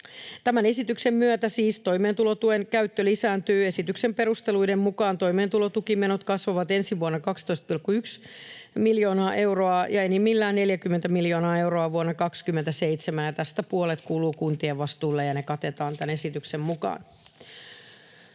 Tämän esityksen myötä siis toimeentulotuen käyttö lisääntyy. Esityksen perusteluiden mukaan toimeentulotukimenot kasvavat ensi vuonna 12,1 miljoonaa euroa ja enimmillään 40 miljoonaa euroa vuonna 27. Tästä puolet kuuluu kuntien vastuulle, ja ne katetaan tämän esityksen mukaan.